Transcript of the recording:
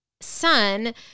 son